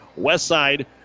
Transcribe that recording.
Westside